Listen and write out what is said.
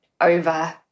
over